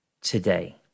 today